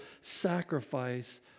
sacrifice